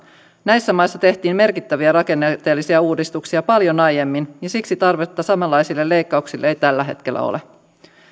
näissä maissa tehtiin merkittäviä rakenteellisia uudistuksia paljon aiemmin ja siksi tarvetta samanlaisille leikkauksille ei tällä hetkellä ole